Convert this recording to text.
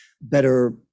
better